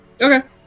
Okay